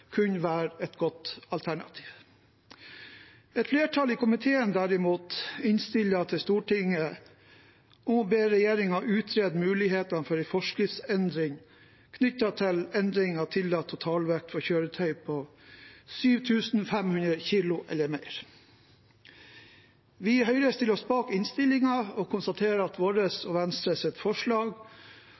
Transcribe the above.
kunne være et godt alternativ. Et flertall i komiteen derimot innstiller til Stortinget å be regjeringen utrede mulighetene for en forskriftsendring knyttet til endring av tillatt totalvekt for kjøretøy på 7 500 kg eller mer. Vi i Høyre stiller oss bak innstillingen og konstaterer at vårt og Venstres forslag